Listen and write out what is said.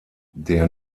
der